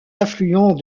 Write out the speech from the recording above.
affluent